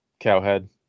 cowhead